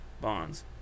bonds